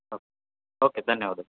oak okay ಧನ್ಯವಾದ